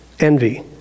Envy